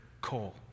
coal